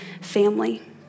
family